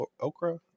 Okra